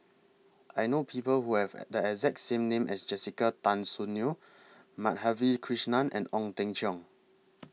I know People Who Have The exact name as Jessica Tan Soon Neo Madhavi Krishnan and Ong Teng Cheong